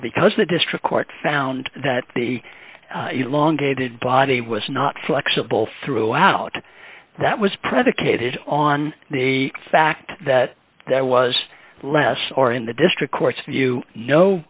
because the district court found that the elongated body was not flexible throughout that was predicated on the fact that there was less or in the district court's view no